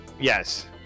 Yes